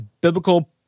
biblical